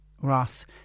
Ross